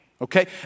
okay